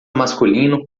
masculino